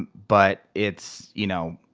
but, it's, you know,